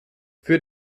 für